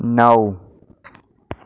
નવ